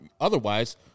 otherwise